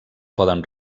poden